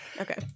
Okay